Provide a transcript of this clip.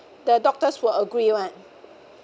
the doctors will agree one